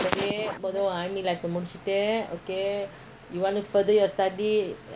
study I think you better do it in singapore